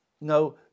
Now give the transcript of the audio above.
No